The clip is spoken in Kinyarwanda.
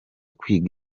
kwiga